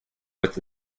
with